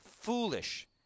foolish